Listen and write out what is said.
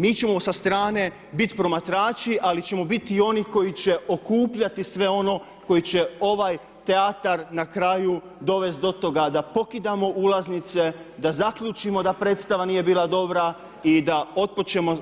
Mi ćemo sa strane biti promatrači ali ćemo biti i oni koji će okupljati sve ono koji će ovaj teatar na kraju dovesti do toga da pokidamo ulaznice, da zaključimo da predstava nije bila dobra i da